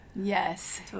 Yes